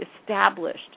established